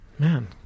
Man